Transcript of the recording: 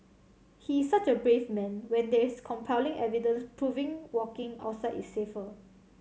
he is such a brave man when there's compelling evidence proving walking outside is safer